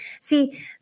see